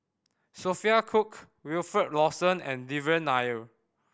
Sophia Cooke Wilfed Lawson and Devan Nair